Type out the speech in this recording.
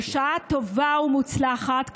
בשעה טובה ומוצלחת,